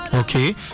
Okay